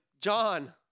John